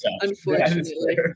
unfortunately